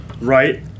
right